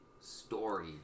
story